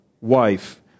wife